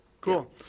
cool